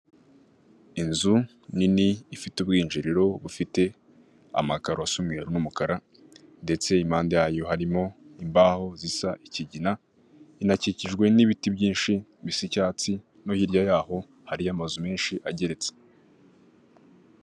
Inzu nini ifite ubwinjiriro bufite amakaro asa umweru n'umukara ndetse impande yayo harimo imbaho zisa ikigina, inakikijwe n'ibiti byinshi bisa icyatsi no hirya yaho hariyo amazu menshi ageretse.